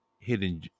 Hidden